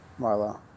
Marlo